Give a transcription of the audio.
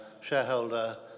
shareholder